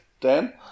Dan